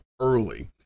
early